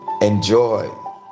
enjoy